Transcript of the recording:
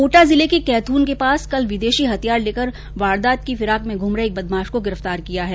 कोटा जिले के कैथून के पास कल विदेशी हथियार लेकर वारदात की फिराक में घूम रहे एक बदमाश को गिरफ्तार किया है